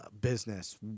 business